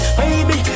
baby